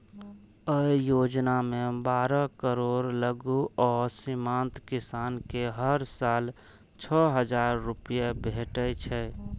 अय योजना मे बारह करोड़ लघु आ सीमांत किसान कें हर साल छह हजार रुपैया भेटै छै